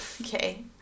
Okay